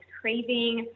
craving